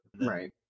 Right